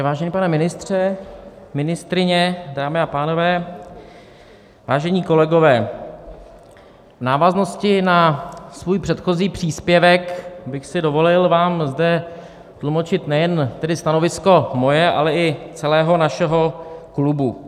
Vážený pane ministře, ministryně, dámy a pánové, vážení kolegové, v návaznosti na svůj předchozí příspěvek bych si dovolil vám zde tlumočit nejen stanovisko moje, ale i celého našeho klubu.